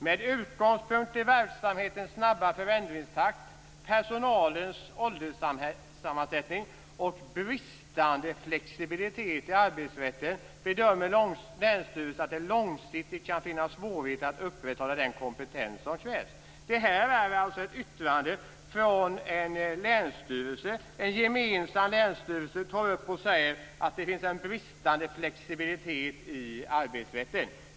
Med utgångspunkt i verksamhetens snabba förändringstakt, personalens ålderssammansättning och bristande flexibilitet i arbetsrätten bedömer länsstyrelsen att det långsiktigt kan finnas svårigheter att upprätthålla den kompetens som krävs. Detta är alltså ett yttrande från en länsstyrelse som anser att det finns en bristande flexibilitet i arbetsrätten.